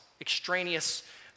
extraneous